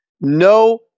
No